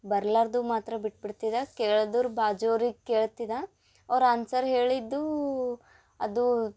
ಬರಲಾರ್ದು ಮಾತ್ರ ಬಿಟ್ಟು ಬಿಡ್ತಿದ್ದೆ ಕೇಳುದರ್ ಬಾಜು ಅವ್ರಿಗೆ ಕೇಳ್ತಿದ ಅವ್ರು ಆನ್ಸರ್ ಹೇಳಿದ್ದು ಅದು